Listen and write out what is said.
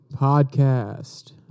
Podcast